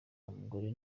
mugore